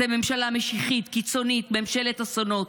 אתם ממשלה משיחית, קיצונית, ממשלת אסונות.